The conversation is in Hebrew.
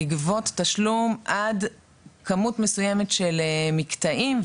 לגבות תשלום עד כמות מסוימת של מקטעים,